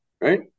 Right